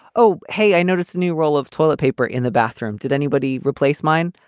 oh, hey, i noticed a new roll of toilet paper in the bathroom. did anybody replace mine?